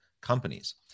companies